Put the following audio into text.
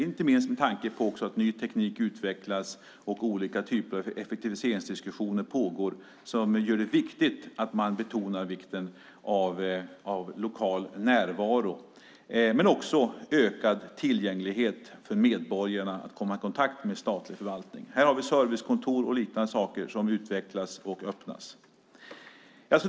Inte minst med tanke på att ny teknik utvecklas och att olika typer av effektiviseringsdiskussioner pågår gör det viktigt att man betonar vikten av lokal närvaro men också ökad tillgänglighet för medborgarna när det gäller att komma i kontakt med statlig förvaltning. Här har vi servicekontor och liknande saker som utvecklas och öppnas.